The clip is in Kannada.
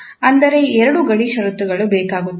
ಅಂದರೆ ಎರಡು ಗಡಿ ಷರತ್ತುಗಳು ಬೇಕಾಗುತ್ತವೆ